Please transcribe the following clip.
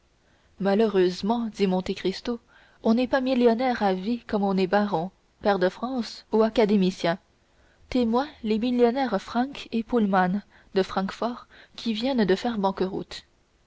malheureusement dit monte cristo on n'est pas millionnaire à vie comme on est baron pair de france ou académicien témoins les millionnaires frank et poulmann de francfort qui viennent de faire